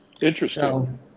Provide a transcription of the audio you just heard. Interesting